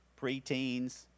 preteens